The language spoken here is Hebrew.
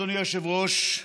אדוני היושב-ראש,